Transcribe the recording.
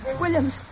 Williams